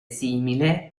simile